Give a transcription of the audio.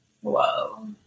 Whoa